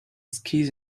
skis